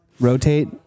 Rotate